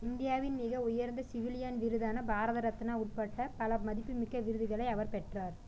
இந்தியாவின் மிக உயர்ந்த சிவிலியன் விருதான பாரத ரத்னா உட்பட்ட பல மதிப்புமிக்க விருதுகளை அவர் பெற்றார்